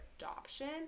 adoption